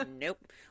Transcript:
nope